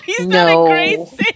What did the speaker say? No